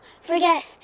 forget